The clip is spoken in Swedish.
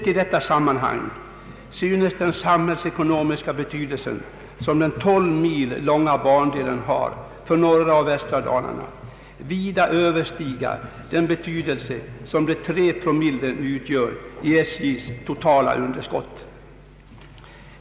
I detta sammanhang synes den samhällsekonomiska betydelse som den 12 mil långa bandelen har för norra och västra Dalarna vida överstiga den betydelse som dessa tre promille har i SJ:s totala underskott.